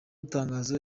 tangazo